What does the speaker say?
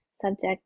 Subject